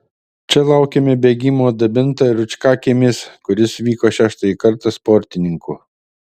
čia laukėme bėgimo dabinta rūčkakiemis kuris vyko šeštąjį kartą sportininkų